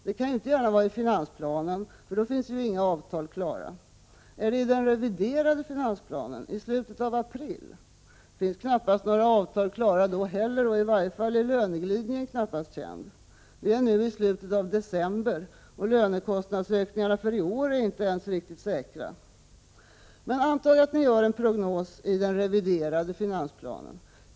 Det kan inte gärna vara i finansplanen, för då finns inga avtal klara. Är det i den reviderade finansplanen i slutet av april? Det finns knappast några avtal klara då heller, och i varje fall är löneglidningen knappast känd. Vi är nu i slutet av december, och lönekostnadsökningarna är inte ens säkra för i år. Men antag att ni gör en prognos i den reviderade finansplanen.